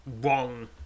wrong